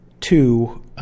two